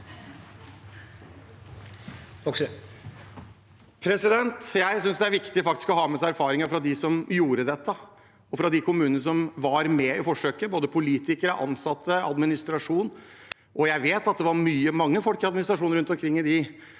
Jeg synes det er vik- tig å ha med seg erfaringer fra dem som gjorde dette, og fra de kommunene som var med i forsøket, både politikere, ansatte og administrasjon. Jeg vet at det var mange folk i administrasjonen rundt omkring i de